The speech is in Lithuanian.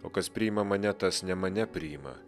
o kas priima mane tas ne mane priima